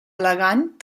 elegant